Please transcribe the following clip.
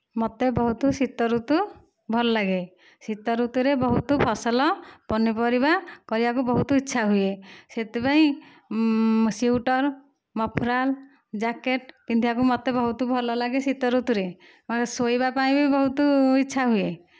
ମୋତେ ବହୁତ ଶୀତ ଋତୁ ଭଲ ଲାଗେ ଶୀତ ଋତୁରେ ବହୁତ ଫସଲ ପନିପରିବା କରିବାକୁ ବହୁତ ଇଚ୍ଛା ହୁଏ ସେଥିପାଇଁ ସ୍ଵେଟର୍ ମଫଲର୍ ଜ୍ୟାକେଟ୍ ପିନ୍ଧିବାକୁ ମୋତେ ବହୁତ ଭଲ ଲାଗେ ଶୀତ ଋତୁରେ ମୋତେ ଶୋଇବା ପାଇଁ ବି ବହୁତ ଇଚ୍ଛା ହୁଏ